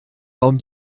warum